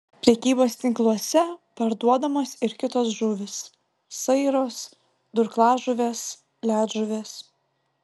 prekybos tinkluose parduodamos ir kitos žuvys sairos durklažuvės ledžuvės